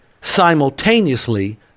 simultaneously